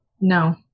no